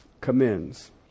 commends